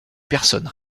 personnes